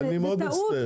זאת טעות.